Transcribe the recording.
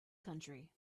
country